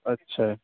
اچھا